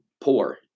poor